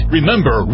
Remember